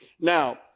Now